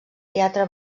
teatre